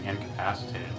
incapacitated